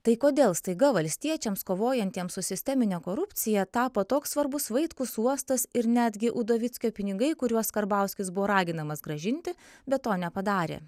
tai kodėl staiga valstiečiams kovojantiems su sistemine korupcija tapo toks svarbus vaitkus uostas ir netgi udovickio pinigai kuriuos karbauskis buvo raginamas grąžinti bet to nepadarė